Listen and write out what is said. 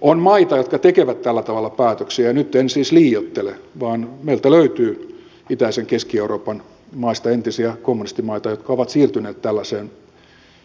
on maita jotka tekevät tällä tavalla päätöksiä ja nyt en siis liioittele vaan meiltä löytyy itäisen keski euroopan maista entisiä kommunistimaita jotka ovat siirtyneet tällaiseen